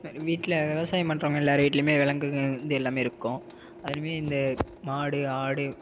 வீட்டில் விவசாயம் பண்ணுறவங்க எல்லார் வீட்லையுமே விலங்குங்க வந்து எல்லாமே இருக்கும் அதுலையுமே இந்த மாடு ஆடு